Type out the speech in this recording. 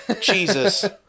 Jesus